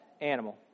animal